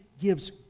gives